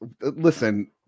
listen